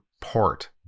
Port